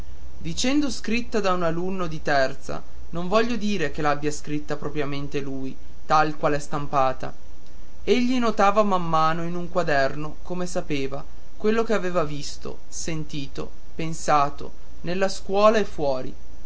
dicendo scritta da un alunno di terza non voglio dire che l'abbia scritta propriamente lui tal qual è stampata egli notava man mano in un quaderno come sapeva quello che aveva visto sentito pensato nella scuola e fuori